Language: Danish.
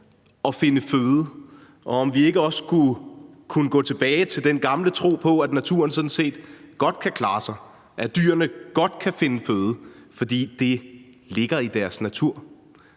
at finde føde, og om vi ikke også skulle kunne gå tilbage til den gamle tro på, at naturen sådan set godt kan klare sig, at dyrene godt kan finde føde, fordi det ligger i deres natur?